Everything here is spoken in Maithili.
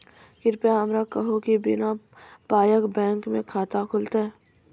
कृपया हमरा कहू कि बिना पायक बैंक मे खाता खुलतै?